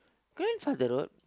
grandfather road